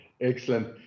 Excellent